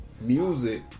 music